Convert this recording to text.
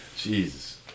Jesus